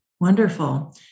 Wonderful